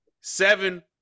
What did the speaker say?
seven